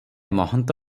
ମହନ୍ତ